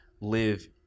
live